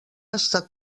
estat